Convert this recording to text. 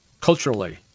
culturally